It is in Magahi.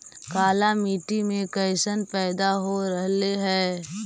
काला मिट्टी मे कैसन पैदा हो रहले है?